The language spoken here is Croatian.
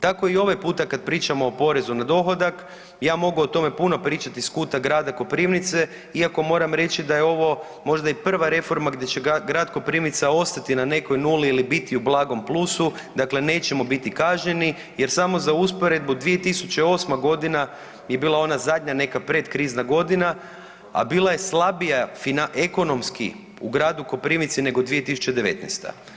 Tako i ovaj puta kad pričamo o porezu na dohodak, ja mogu o tome puno pričati iz kuta Grada Koprivnice iako moram reći da je ovo možda i prva reforma gdje će Grad Koprivnica ostati na nekoj nuli ili biti u blagom plusu, dakle nećemo biti kažnjeni jer samo za usporedbu 2008. godina je bila ona zadnja neka pred krizna godina, a bila je slabija ekonomski u Gradu Koprivnici nego 2019.